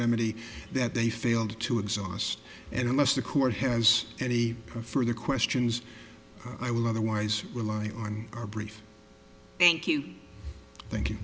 remedy that they failed to exhaust and unless the court has any further questions i will otherwise rely on our brief thank you thank you